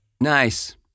Nice